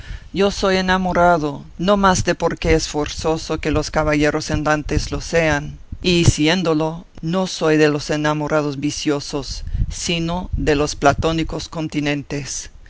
yo soy enamorado no más de porque es forzoso que los caballeros andantes lo sean y siéndolo no soy de los enamorados viciosos sino de los platónicos continentes